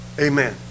amen